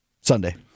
Sunday